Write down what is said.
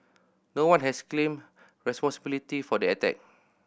no one has claimed responsibility for the attack